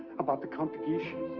about the congregation?